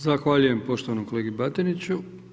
Zahvaljujem poštovanom kolegi Batiniću.